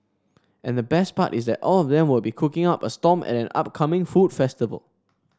and the best part is that all of them will be cooking up a storm at an upcoming food festival